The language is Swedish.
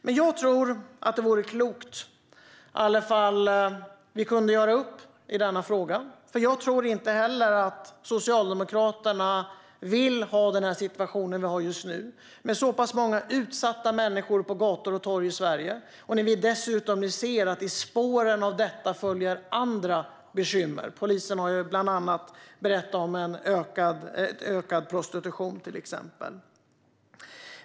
Men jag tror att det vore klokt om vi kunde göra upp i denna fråga, för jag tror att inte heller Socialdemokraterna vill ha den situation vi har just nu med så pass många utsatta människor på gator och torg i Sverige. Vi ser dessutom att andra bekymmer följer i spåren av detta. Bland annat har polisen berättat om ökad prostitution.